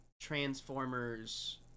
Transformers